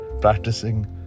practicing